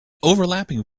overlapping